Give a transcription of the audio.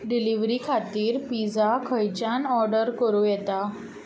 delivery खातीर pizza खंयच्यान order करूं येता